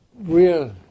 real